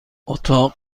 اتاق